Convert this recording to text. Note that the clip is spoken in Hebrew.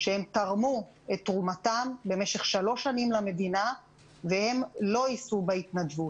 שהם תרמו את תרומתם במשך שלוש שנים למדינה והם לא יישאו בחובת התנדבות.